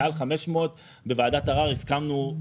מעל 500 בוועדת ערר הסכמנו.